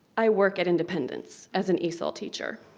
i work at independence, as an esl teacher.